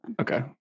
Okay